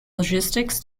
logistics